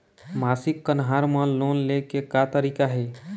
मासिक कन्हार म लोन ले के का तरीका हे?